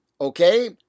Okay